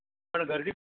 पण गर्दी